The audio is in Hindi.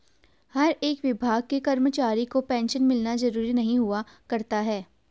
हर एक विभाग के कर्मचारी को पेन्शन मिलना जरूरी नहीं हुआ करता है